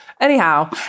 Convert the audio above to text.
anyhow